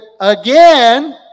again